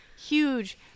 Huge